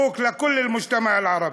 מברוכ לכל החברה הערבית.)